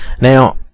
Now